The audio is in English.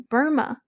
Burma